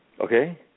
Okay